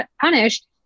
punished